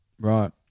Right